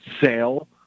sale